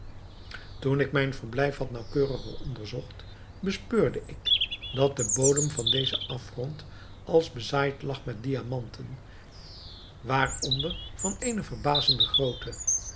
toen ik mijn verblijf wat naauwkeuriger onderzocht bespeurde ik dat de bodem van dezen afgrond als bezaaid lag met diamanten waaronder van eene verbazende grootte